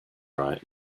right